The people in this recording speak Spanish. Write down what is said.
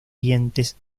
dientes